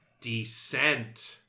Descent